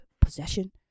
possession